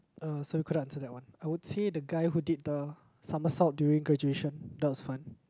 uh so you couldn't answer that one I would say the guy who did the somersault during graduation that was fun